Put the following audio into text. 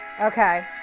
Okay